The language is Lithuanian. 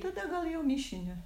tada gal jau mišiniu